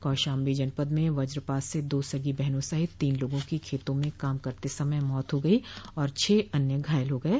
कौशाम्बी जनपद में वज्रपात से दो सगी बहनों सहित तीन लोगों की खेतों में काम करते समय मौत हो गई छह अन्य घायल हो गये